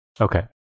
Okay